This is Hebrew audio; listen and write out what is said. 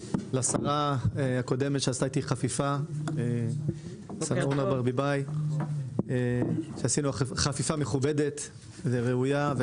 לשרה הקודמת אורנה ברביבאי שעשתה איתי חפיפה מכובדת וראויה.